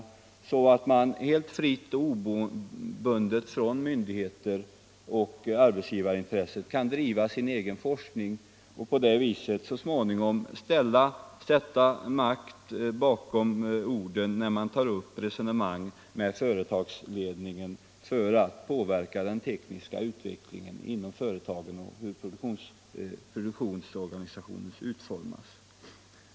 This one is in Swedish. Därmed kan man helt fritt och obundet av myndigheter och arbetsgivarintressen driva sin egen forskning och så småningom sätta makt bakom orden när man tar upp resonemang med företagsledningen för att påverka den tekniska utvecklingen vid företagen när det gäller produktionens och organisationens utformning.